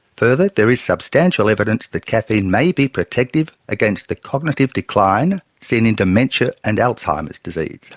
further, there is substantial evidence that caffeine may be protective against the cognitive decline seen in dementia and alzheimer's disease.